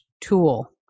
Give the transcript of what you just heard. tool